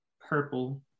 purple